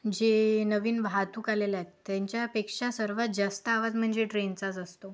जे नवीन वाहतूक आलेल्या आहेत त्यांच्यापेक्षा सर्वात जास्त आवाज म्हणजे ट्रेनचाच असतो